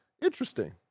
interesting